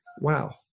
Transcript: wow